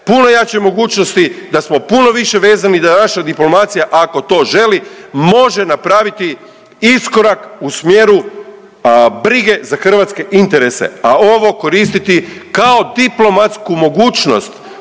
puno jače mogućnosti, da smo puno više vezani, da naša diplomacija, ako to želi, može napraviti iskorak u smjeru brige za hrvatske interese. A ovo koristiti kao diplomatsku mogućnost,